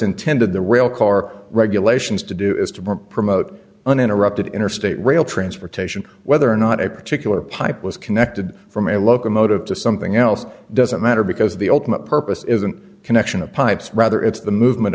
intended the rail car regulations to do is to promote uninterrupted interstate rail transportation whether or not a particular pipe was connected from a locomotive to something else doesn't matter because the ultimate purpose isn't connection of pipes rather it's the movement